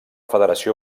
federació